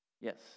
Yes